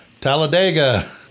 Talladega